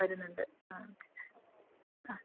വരുന്നുണ്ട് ആ ആ